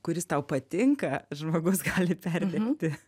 kuris tau patinka žmogus gali perdegti